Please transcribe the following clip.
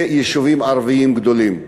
ביישובים ערביים גדולים.